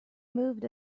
moved